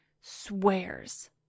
swears